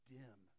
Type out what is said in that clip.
dim